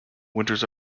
winters